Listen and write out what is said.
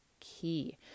key